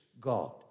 God